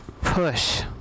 push